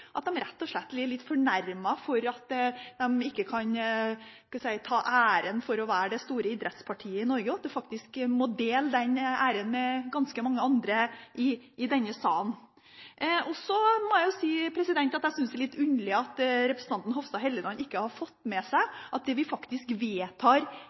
at de rett og slett er litt fornærmet fordi de ikke kan ta æren for å være det store idrettspartiet i Norge, at de faktisk må dele den æren med ganske mange andre i denne salen. Så må jeg si jeg synes det er litt underlig at representanten Hofstad Helleland ikke har fått med